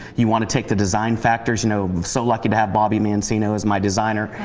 you want to take the design factors no. so lucky to have bobby manzano as my designer.